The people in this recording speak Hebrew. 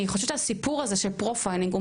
אני חושבת שהסיפור הזה של "פרופיילינג" הוא